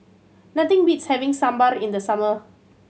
nothing beats having Sambar in the summer